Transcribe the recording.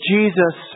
Jesus